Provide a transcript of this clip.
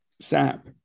SAP